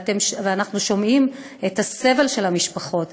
ואנחנו שומעים את הסבל של המשפחות,